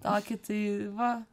tokį tai va